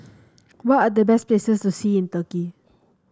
what are the best places to see in Turkey